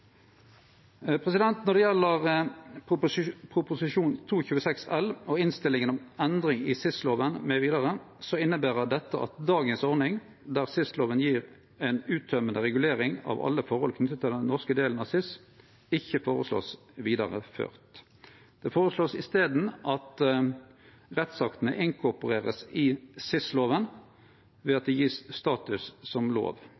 Når det gjeld Prop. 226 L og innstillinga om endringar i SIS-loven mv., inneber dette at dagens ordning, der SIS-loven gjev ei uttømmande regulering av alle forhold knytt til den norske delen av SIS, ikkje vert føreslått vidareført. Ein føreslår i staden at rettsaktene vert inkorporerte i SIS-loven ved at dei vert gjevne status som lov,